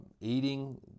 eating